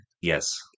Yes